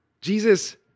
Jesus